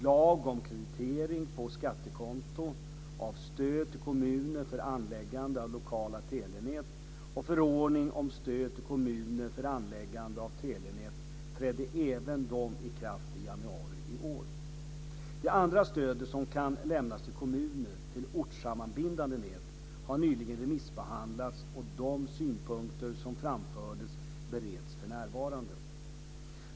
Lag om kreditering på skattekonto av stöd till kommuner för anläggande av lokala telenät och förordning om stöd till kommuner för anläggande av telenät trädde även de i kraft i januari i år. Det andra stödet som kan lämnas till kommuner, till ortssammanbindande nät, har nyligen remissbehandlats och de synpunkter som framförts bereds för närvarande.